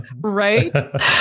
right